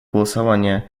голосования